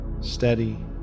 steady